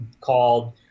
called